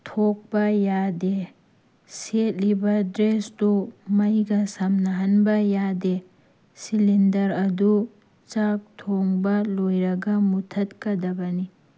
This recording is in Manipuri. ꯊꯣꯛꯄ ꯌꯥꯗꯦ ꯁꯦꯠꯂꯤꯕ ꯗ꯭ꯔꯦꯁꯇꯨ ꯃꯩꯒ ꯁꯝꯅꯍꯟꯕ ꯌꯥꯗꯦ ꯁꯤꯂꯤꯟꯗꯔ ꯑꯗꯨ ꯆꯥꯛ ꯊꯣꯡꯕ ꯂꯣꯏꯔꯒ ꯃꯨꯊꯠꯀꯗꯕꯅꯤ